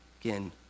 Again